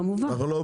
כמובן.